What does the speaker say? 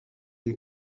une